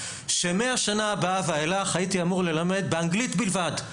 שמהשנה הבאה ואילך הייתי אמור ללמד באנגלית בלבד,